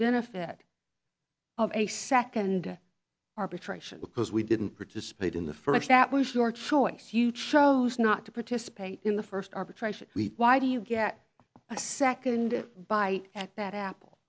benefit of a second arbitration because we didn't participate in the first that was your choice you chose not to participate in the first arbitration week why do you get a second bite at that apple